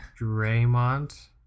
Draymond